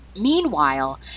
meanwhile